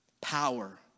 power